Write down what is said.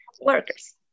workers